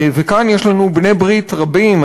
וכאן יש לנו בעלי ברית רבים,